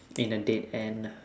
in a dead end